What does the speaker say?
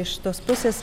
iš tos pusės